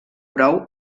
brou